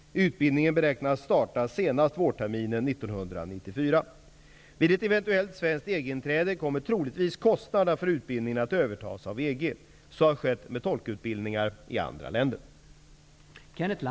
Utbildningen beräknas starta senast vårterminen 1994. Vid ett eventuellt svenskt EG-inträde kommer troligtvis kostnaderna för utbildningen att övertas av EG. Så har skett med tolkutbildningarna i andra